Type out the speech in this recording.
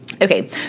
Okay